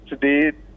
today